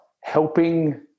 helping